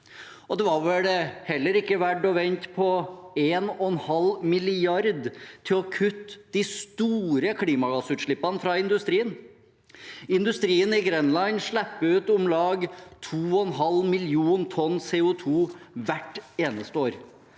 Det var vel heller ikke verdt å vente på en og en halv milliard for å kutte de store klimagassutslippene fra industrien. Industrien i Grenland slipper ut om lag 2,5 millioner tonn CO2 hvert eneste år.